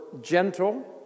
gentle